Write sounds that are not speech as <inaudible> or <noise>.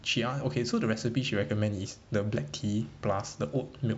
<noise> okay so the recipe she recommend is the black tea plus the oat milk